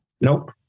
Nope